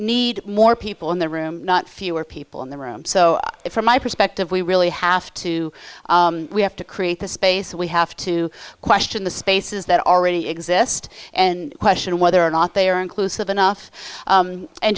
need more people in the room not fewer people in the room so from my perspective we really have to we have to create the space we have to question the spaces that already exist and question whether or not they are inclusive enough